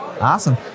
Awesome